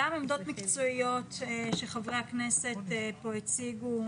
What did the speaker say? גם עמדות מקצועיות שחברי הכנסת הציגו כאן,